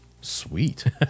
Sweet